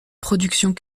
productions